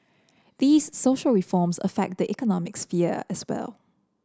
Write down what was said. these social reforms affect the economic sphere as well